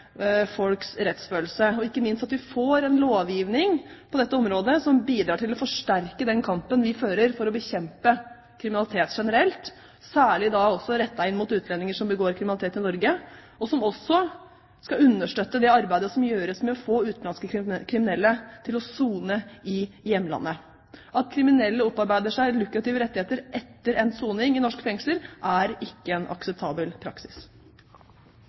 folks rettsfølelse, og ikke minst at vi får en lovgivning på dette området som bidrar til å forsterke den kampen vi fører for å bekjempe kriminalitet generelt, særlig rettet mot utlendinger som begår kriminalitet i Norge, og som også skal understøtte det arbeidet som gjøres med å få utenlandske kriminelle til å sone i hjemlandet. At kriminelle opparbeider seg lukrative rettigheter etter endt soning i norske fengsler, er ikke en akseptabel praksis.